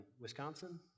Wisconsin